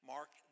Mark